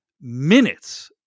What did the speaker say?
minutes